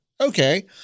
Okay